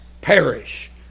perish